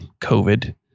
COVID